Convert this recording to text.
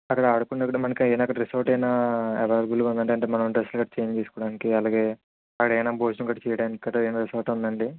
అక్కడ ఆడుకున్నప్పుడు మనకి ఏయన్నా రిసార్ట్ ఏవన్నా అవైలబుల్గా ఉందా అంటే మనం డ్రెస్సులూ కట్టా చేంజ్ చేసుకోవడానికి అలాగే భోజనం అక్కడ ఏమన్నా కట్టా చేయడానికి కట్టా రిసార్ట్ ఉందా అండి